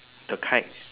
the kite